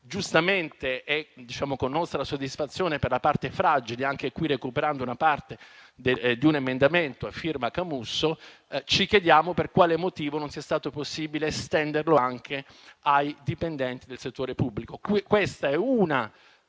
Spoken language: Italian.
giustamente e con nostra soddisfazione - per la parte fragile, anche qui recuperando la parte di un emendamento a firma Camusso, ci chiediamo per quale motivo non sia stato possibile estenderlo anche ai dipendenti del settore pubblico.